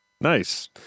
Nice